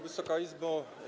Wysoka Izbo!